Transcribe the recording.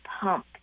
pump